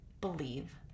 believe